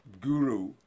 guru